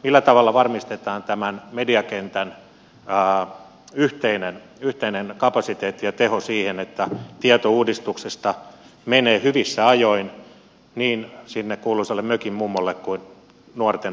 millä tavalla varmistetaan tämän mediakentän yhteinen kapasiteetti ja teho siinä että tieto uudistuksesta menee hyvissä ajoin niin sinne kuuluisalle mökin mummolle kuin nuorten bb taloon